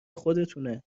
خودتونه